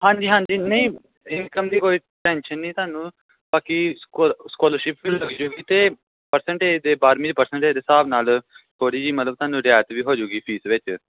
ਹਾਂਜੀ ਹਾਂਜੀ ਨਹੀਂ ਇਨਕਮ ਦੀ ਕੋਈ ਟੈਨਸ਼ਨ ਨਹੀਂ ਤੁਹਾਨੂੰ ਬਾਕੀ ਸਕੋ ਸਕੋਲਰਸ਼ਿਪ ਵੀ ਲੱਗ ਜਾਊਗੀ ਅਤੇ ਪਰਸੈਂਟਏਜ ਦੇ ਬਾਰਵੀਂ ਦੀ ਪਰਸੈਂਟਏਜ ਦੇ ਹਿਸਾਬ ਨਾਲ ਥੋੜ੍ਹੀ ਜਿਹੀ ਮਤਲਬ ਤੁਹਾਨੂੰ ਰਿਆਇਤ ਵੀ ਹੋ ਜੂਗੀ ਫੀਸ ਵਿੱਚ